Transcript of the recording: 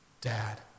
dad